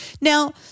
Now